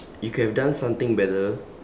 you could have done something better